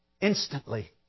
Instantly